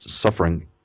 suffering